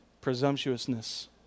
presumptuousness